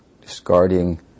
discarding